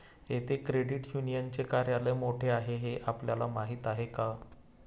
येथे क्रेडिट युनियनचे कार्यालय कोठे आहे हे आपल्याला माहित आहे का?